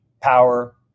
power